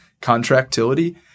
contractility